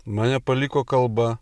mane paliko kalba